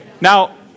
now